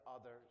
others